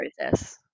process